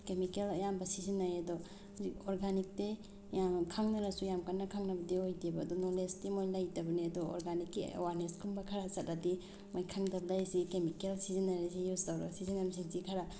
chemical ꯑꯌꯥꯝꯕ ꯁꯤꯖꯤꯟꯅꯩ ꯑꯗꯣ ꯍꯧꯖꯤꯛ ꯑꯣꯔꯒꯥꯅꯤꯛꯇꯤ ꯌꯥꯝꯅ ꯈꯪꯅꯔꯁꯨ ꯌꯥꯝ ꯀꯟꯅ ꯈꯪꯅꯕꯗꯤ ꯑꯣꯏꯗꯦꯕ ꯑꯗꯣ ꯅꯣꯂꯦꯁꯇꯤ ꯃꯣꯏ ꯂꯩꯇꯕꯅꯦ ꯑꯗꯣ ꯑꯣꯔꯒꯥꯅꯤꯛꯀꯤ ꯑꯦꯋꯥꯔꯅꯦꯁꯀꯨꯝꯕ ꯈꯔ ꯆꯠꯂꯗꯤ ꯃꯣꯏ ꯈꯪꯗꯕ ꯂꯩꯔꯤꯁꯤ ꯀꯦꯃꯤꯀꯦꯜ ꯁꯤꯖꯤꯟꯅꯔꯤꯁꯤ ꯌꯨꯁ ꯇꯧꯔ ꯁꯤꯖꯤꯟꯅꯕꯁꯤꯡꯁꯤ ꯈꯔ